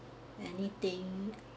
anything